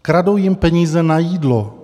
Kradou jim peníze na jídlo.